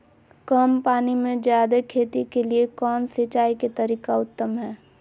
कम पानी में जयादे खेती के लिए कौन सिंचाई के तरीका उत्तम है?